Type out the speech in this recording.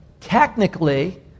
technically